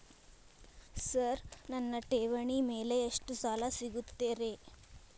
Sir ನನ್ನ ಠೇವಣಿ ಮೇಲೆ ಎಷ್ಟು ಸಾಲ ಸಿಗುತ್ತೆ ರೇ?